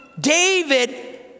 David